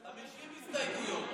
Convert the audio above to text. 50 הסתייגויות.